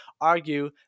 argue